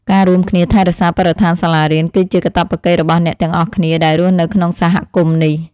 ការរួមគ្នាថែរក្សាបរិស្ថានសាលារៀន គឺជាកាតព្វកិច្ចរបស់អ្នកទាំងអស់គ្នាដែលរស់នៅក្នុងសហគមន៍នេះ។